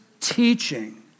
teaching